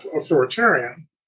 authoritarian